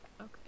Okay